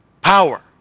power